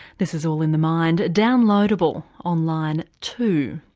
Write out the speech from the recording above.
this is all in the mind downloadable online too.